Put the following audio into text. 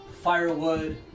firewood